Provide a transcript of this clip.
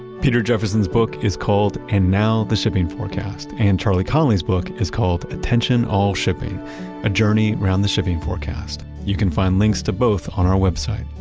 peter jefferson's book is called and now the shipping forecast, and charlie connelly's book is called attention all shipping a journey round the shipping forecast. you can find links to both on our website,